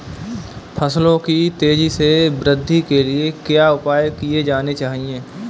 फसलों की तेज़ी से वृद्धि के लिए क्या उपाय किए जाने चाहिए?